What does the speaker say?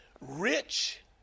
Rich